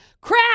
crap